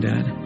Dad